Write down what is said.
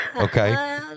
Okay